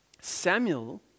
Samuel